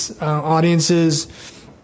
audiences